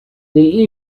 they